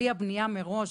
בלי הבנייה מראש,